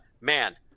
man